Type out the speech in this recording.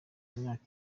myaka